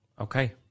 okay